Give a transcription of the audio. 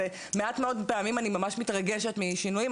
מעט מאוד פעמים אני ממש מתרגשת משינויים,